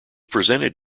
presented